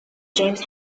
james